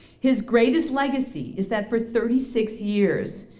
his greatest legacy is that for thirty six years,